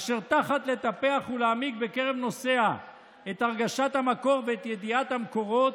אשר תחת לטפח ולהעמיק בקרב נושאיה את הרגשת המקור ואת ידיעת המקורות,